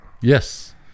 Yes